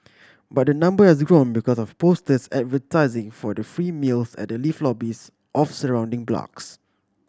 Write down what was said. but the number has grown because of posters advertising for the free meals at the lift lobbies of surrounding blocks